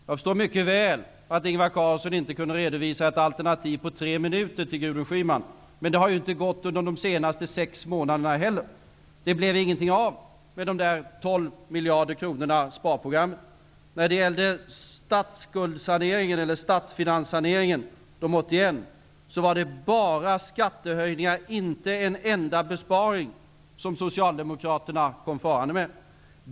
Jag förstår mycket väl att Ingvar Carlsson inte kunde redovisa ett alternativ för Gudrun Schyman på tre minuter. Men det har ju inte gått under de senaste sex månaderna heller. Det blev inget av de 12 miljarderna och sparprogrammet. När det gäller statsfinansieringen, de 81 miljarderna, var det bara skattehöjningar -- inte en enda besparing -- som Socialdemokraterna kom farande med.